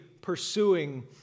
pursuing